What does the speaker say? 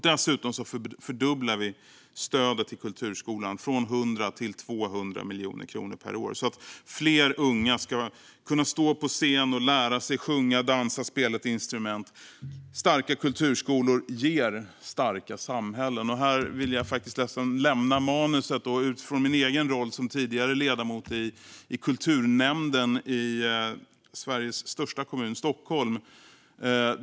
Dessutom fördubblar vi stödet till kulturskolan, från 100 till 200 miljoner kronor per år, så att fler unga ska kunna stå på scen och lära sig sjunga, dansa och spela ett instrument. Starka kulturskolor ger starka samhällen. Här vill jag lämna mitt manus och säga något utifrån min egen roll som tidigare ledamot i kulturnämnden i Sveriges största kommun Stockholm.